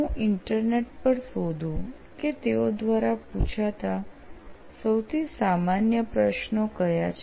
હું ઇન્ટરનેટ પર શોધું કે તેઓ દ્વારા પુછાતા સૌથી સામાન્ય પ્રશ્નો કયા છે